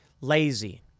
lazy